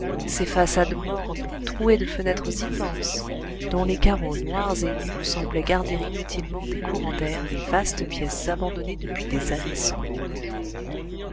ses façades mornes trouées de fenêtres immenses dont les carreaux noirs et nus semblaient garder inutilement des courants d'air les vastes pièces abandonnées depuis des années sans nombre